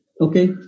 Okay